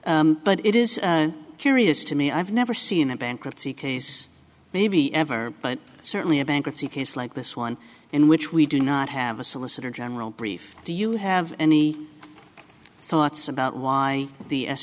but it is curious to me i've never seen a bankruptcy case maybe ever but certainly a bankruptcy case like this one in which we do not have a solicitor general brief do you have any thoughts about why the s